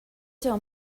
tell